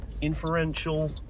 inferential